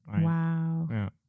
wow